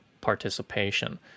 participation